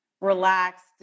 relaxed